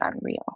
unreal